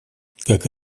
как